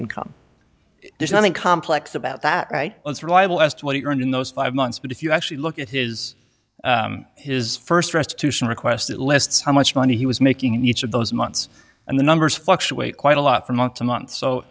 income there's nothing complex about that right it's reliable as to what he earned in those five months but if you actually look at his his first restitution request it lists how much money he was making in each of those months and the numbers fluctuate quite a lot from month to month so